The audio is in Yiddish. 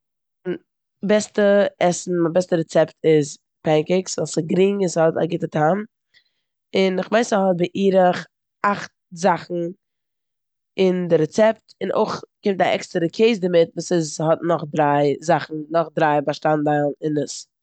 בעסטע עסן, מיין בעסטע רעצעפט איז פענקעיקס ווייל ס'גרינג און ס'האט א גוטע טעם און כ'יין ס'האט בערך אכט זאכן אין די רעצעפט און אויך קומט א עקסטערע קעז דערמיט וואס ס'איז- ס'האט נאך דריי זאכן- נאך דריי באשטאנדיילן אין עס.